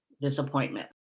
disappointment